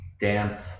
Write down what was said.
damp